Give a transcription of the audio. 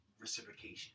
reciprocation